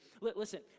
Listen